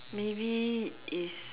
maybe is